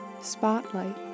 Spotlight